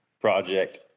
project